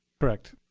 correct.